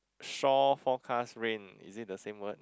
shore forecast rain is it the same one